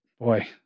Boy